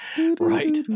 Right